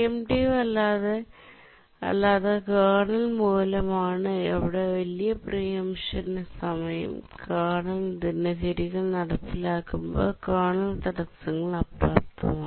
pre-emptive അല്ലാത്ത kernel മൂലമാണ് വലിയ പ്രീഎംപ്ഷൻ സമയം കേർണൽ ദിനചര്യകൾ നടപ്പിലാക്കുമ്പോൾ കേർണൽ തടസ്സങ്ങൾ അപ്രാപ്തമാക്കുന്നു